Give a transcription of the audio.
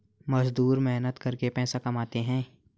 मजदूर मेहनत करके पैसा कमाते है